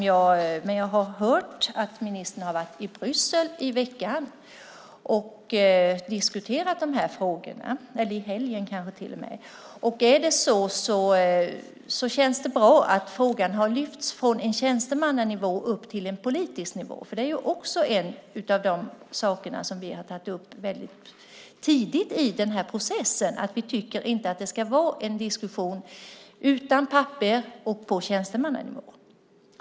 Jag har hört att ministern har varit i Bryssel i veckan, eller kanske till och med i helgen, och diskuterat de här frågorna. Om det är riktigt känns det bra att frågan har lyfts från tjänstemannanivå upp till politisk nivå. Det är också en av de saker som vi har tagit upp tidigt i processen; vi tycker inte att det ska vara en diskussion utan papper och på tjänstemannanivå.